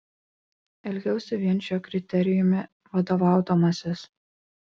elgiausi vien šiuo kriterijumi vadovaudamasis